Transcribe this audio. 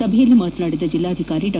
ಸಭೆಯಲ್ಲಿ ಮಾತನಾಡಿದ ಜಿಲ್ಲಾಧಿಕಾರಿ ಡಾ